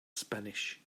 spanish